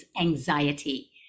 anxiety